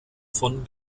von